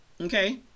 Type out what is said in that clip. okay